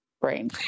brain